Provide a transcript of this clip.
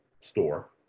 store